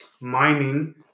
mining